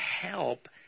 help